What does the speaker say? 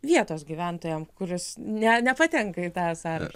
vietos gyventojam kuris ne nepatenka į tą sąrašą